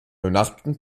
benachbarten